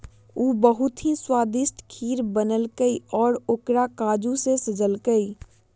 उ बहुत ही स्वादिष्ट खीर बनल कई और ओकरा काजू से सजल कई